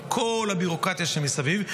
עם כל הביורוקרטיה שמסביב.